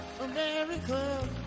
America